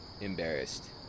embarrassed